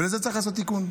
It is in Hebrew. ולזה צריך לעשות תיקון.